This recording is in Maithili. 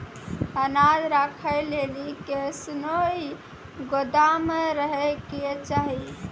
अनाज राखै लेली कैसनौ गोदाम रहै के चाही?